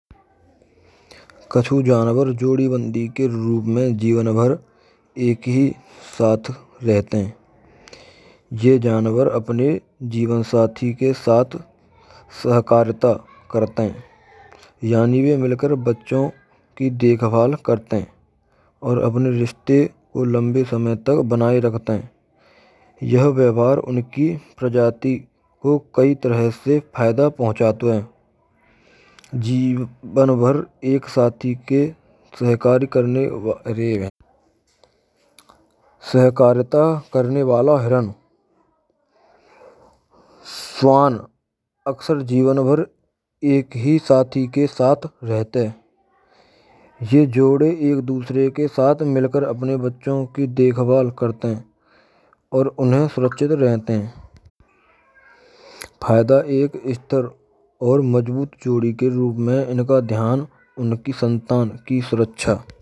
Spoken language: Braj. Kachu jaanavar jodee bandee ke roop mein jeevan bhar ek hee saath rahate hain. Yaah janavar apane jeevanasathe ke saath sahakaarita karate hai. Yaane ve milakar bachchon kee dekhabhaal karate hain. Aur apane rishtey ko lambey samay tak banae rkhte hain. Yhah vyavahaar unakee prajati ko kae tarah se phaayada pahunchaato hain. Jeevan bhar ek saathe ke sahakaari karane vaale hay. Sahakaarita krne valo heran swan aksar jeevan bhar ek hee saathee ke saath rahate hai. Ye jode ek doosare ke saath milakar apane bachchon kee dekhabhaal karate hain. Aur unhen surakshit rahente hay. Phayda ek sthar aur ek mazaboot jodee ke roop mein inaka dhyaan unakee santaan kee suraksha ho gaee hai.